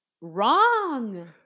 wrong